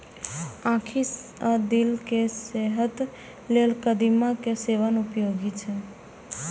आंखि आ दिल केर सेहत लेल कदीमा के सेवन उपयोगी छै